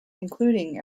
including